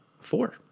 four